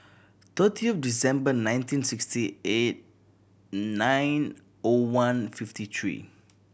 thirtieth December nineteen sixty eight nine O one fifty three